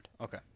Okay